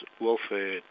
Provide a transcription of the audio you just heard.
welfare